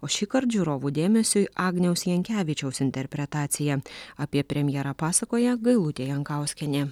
o šįkart žiūrovų dėmesiui agniaus jankevičiaus interpretacija apie premjerą pasakoja gailutė jankauskienė